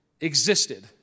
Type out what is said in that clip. existed